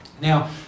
Now